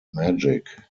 magic